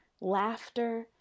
laughter